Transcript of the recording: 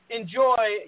enjoy